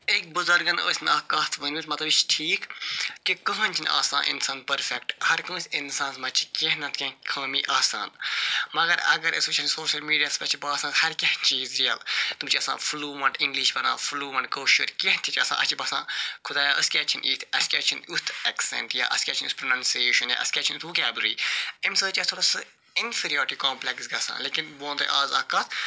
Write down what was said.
أکۍ بُزَرگَن ٲسۍ مےٚ اکھ کتھ ؤنۍمٕژ مَطلَب یہِ چھِ ٹھیٖک کہِ کٕہۭنۍ چھِنہٕ آسان اِنسان پٔرفٮ۪کٹ ہر کٲنٛسہِ اِنسانَس مَنز چھِ کیٚنٛہہ نَتہٕ کیٚنٛہہ خٲمی آسان مگر اگر أسۍ وٕچھان چھِ سوشَل میٖڈیاہَس پٮ۪ٹھ چھِ باسان ہر کیٚنٛہہ چیٖز رِیَل تِم چھِ آسان فٕلوٗوَنٛٹ اِنٛگلِش ونان فٕلوٗونٛٹ کٲشٕر کیٚنٛہہ تہِ چھِ آسان اَسہِ چھِ باسان خۄدایا أسۍ کیٛازِ چھِنہٕ یِتھۍ اَسہِ کیٛاز چھِنہٕ یُتھ اٮ۪کسٮ۪نٛٹ یا اَسہِ کیٛازِ چھِنہٕ یُتھ پرٛونَنسِیشَن یا اَسہِ کیٛاز چھِنہٕ روکیبرٕے اَمہِ سۭتۍ چھِ اَسہِ تھوڑا سا اِنفِرِیارٹی کۄمپٕلٮ۪کٕس گژھان لیکِن بہٕ وَنہٕ تۄہہِ آز اَکھ کَتھ